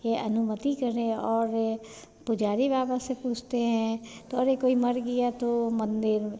ये अनुमती करें और पुजारी बाबा से पूछते हैं तो अरे कोई मर गया तो मन्दिर